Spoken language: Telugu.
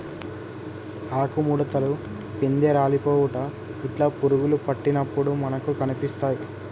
ఆకు ముడుతలు, పిందె రాలిపోవుట ఇట్లా పురుగులు పట్టినప్పుడు మనకు కనిపిస్తాయ్